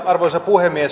arvoisa puhemies